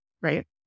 right